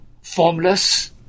formless